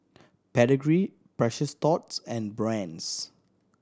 Pedigree Precious Thots and Brand's